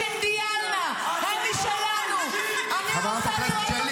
הרצנו יוצא מאולם המליאה.) --- חברת הכנסת שלי.